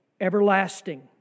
everlasting